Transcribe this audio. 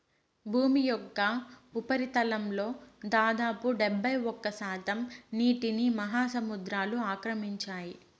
భూమి యొక్క ఉపరితలంలో దాదాపు డెబ్బైఒక్క శాతం నీటిని మహాసముద్రాలు ఆక్రమించాయి